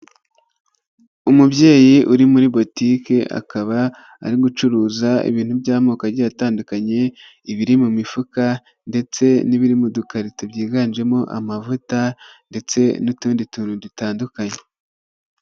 Umubyeyi uri muri botike akaba ari gucuruza ibintu by'amoko agiye atandukanye, ibiri mu mifuka ndetse n'ibiri mu dukarito byiganjemo amavuta ndetse n'utundi tuntu dutandukanye.